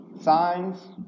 signs